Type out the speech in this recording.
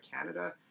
Canada